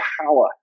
power